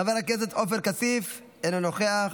חבר הכנסת עופר כסיף, אינו נוכח,